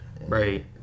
right